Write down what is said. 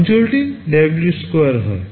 অঞ্চলটি W 2 হয়